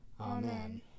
Amen